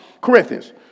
Corinthians